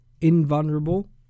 invulnerable